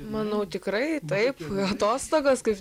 manau tikrai taip atostogos kaip